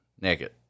naked